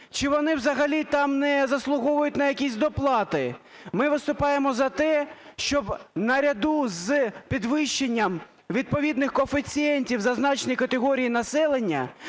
Чи вони взагалі там не заслуговують на якісь доплати? Ми виступаємо за те, щоб наряду з підвищенням відповідних коефіцієнтів зазначеної категорії населення